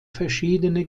verschiedene